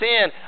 sin